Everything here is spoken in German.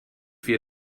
wir